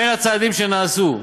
בין הצעדים שנעשו: